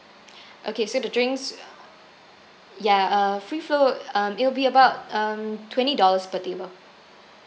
okay so the drinks ya uh free flow um it will be about um twenty dollars per table